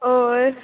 होर